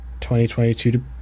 2022